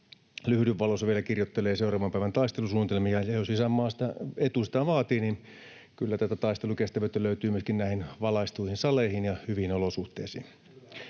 lyhdyn valossa kirjoittelee seuraavan päivän taistelusuunnitelmia, ja jos isänmaan etu sitä vaatii, niin kyllä tätä taistelukestävyyttä löytyy myöskin näihin valaistuihin saleihin ja hyviin olosuhteisiin.